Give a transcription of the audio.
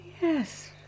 yes